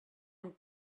and